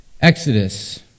Exodus